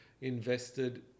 invested